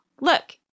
Look